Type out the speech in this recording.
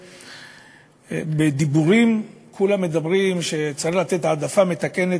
כולם מדברים על כך שצריך לתת העדפה מתקנת